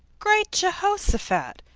great jehoshaphat!